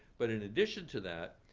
but in addition to that,